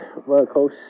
Workhorse